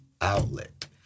outlet